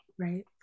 right